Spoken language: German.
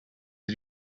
sie